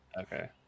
Okay